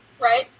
right